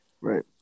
right